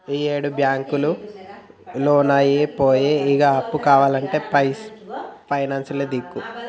ఈయేడు బాంకులు లోన్లియ్యపాయె, ఇగ అప్పు కావాల్నంటే పైనాన్సులే దిక్కు